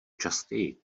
častěji